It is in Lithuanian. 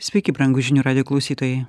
sveiki brangūs žinių radijo klausytojai